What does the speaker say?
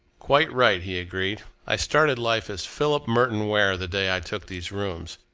quite right, he agreed. i started life as philip merton ware the day i took these rooms,